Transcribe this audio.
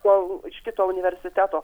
iš kito universiteto